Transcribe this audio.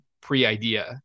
pre-idea